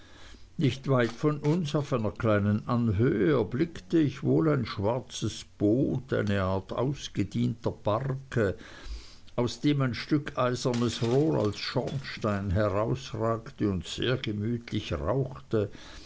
nicht weit von uns auf einer kleinen anhöhe erblickte ich wohl ein schwarzes boot eine art ausgedienter barke aus dem ein stück eisernes rohr als schornstein herausragte und sehr gemütlich rauchte